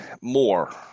more